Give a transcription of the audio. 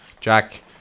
Jack